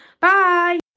Bye